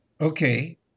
Okay